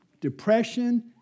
depression